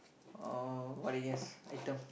uh what I guess item